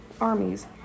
armies